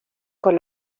con